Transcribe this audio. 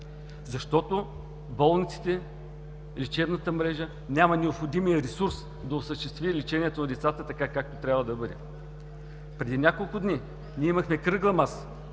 защото болниците, лечебната мрежа нямат необходимия ресурс да се осъществи лечението на децата така, както трябва да бъде. Преди няколко дни имахме кръгла маса